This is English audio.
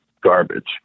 garbage